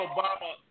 Obama